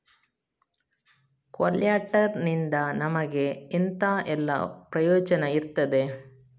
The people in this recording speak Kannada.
ಕೊಲ್ಯಟರ್ ನಿಂದ ನಮಗೆ ಎಂತ ಎಲ್ಲಾ ಪ್ರಯೋಜನ ಇರ್ತದೆ?